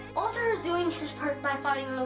walter is doing his part by fighting